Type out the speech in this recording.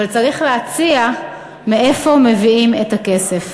אבל צריך להציע מאיפה מביאים את הכסף.